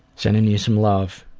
sending you some love,